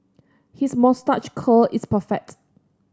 his moustache curl is perfect